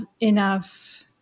enough